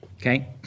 okay